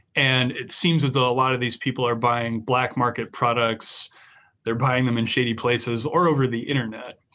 and it seems as though a lot of these people are buying black market products they're buying them in shady places or over the internet.